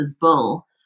Bull